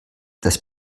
das